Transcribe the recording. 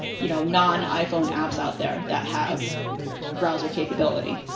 you know, non-iphone apps out there that have browser capability.